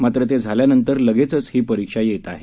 मात्र ते झाल्यानंतर लगेचचं ही परीक्षा येत आहे